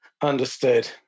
Understood